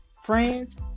friends